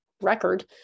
record